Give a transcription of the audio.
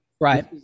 Right